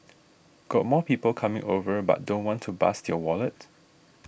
got more people coming over but don't want to bust your wallet